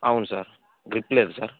అవును sir grip లేదు sir